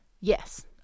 Yes